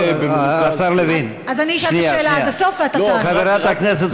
השר לוין, שנייה, שנייה.